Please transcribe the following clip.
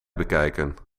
bekijken